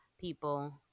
people